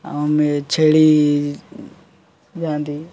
ଆମେ ଛେଳି ଯାଆନ୍ତି